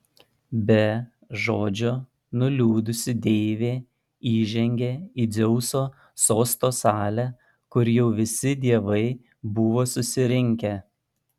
be žodžio nuliūdusi deivė įžengė į dzeuso sosto salę kur jau visi dievai buvo susirinkę